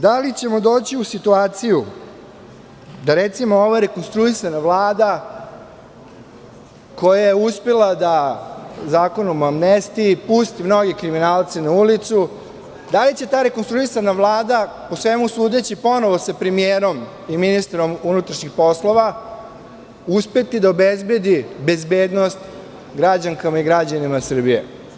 Da li ćemo doći u situaciju da, recimo, ova rekonstruisana Vlada koja je uspela da Zakonom o amnestiji pusti mnoge kriminalce na ulicu, da li će ta rekonstruisana Vlada, po svemu sudeći, ponovo sa premijerom i ministrom unutrašnjih poslova, uspeti da obezbedi bezbednost građankama i građanima Srbije?